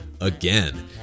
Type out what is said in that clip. again